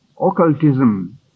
occultism